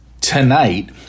Tonight